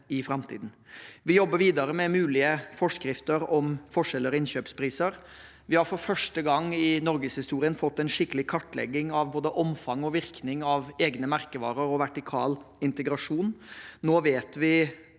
i framtiden. Vi jobber videre med mulige forskrifter om forskjeller i innkjøpspriser. Vi har for første gang i norgeshistorien fått en skikkelig kartlegging av både omfang og virkning av egne merkevarer og vertikal integrasjon. Nå vet vi